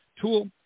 tool